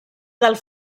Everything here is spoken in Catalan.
del